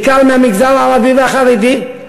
בעיקר מהמגזר הערבי והחרדי.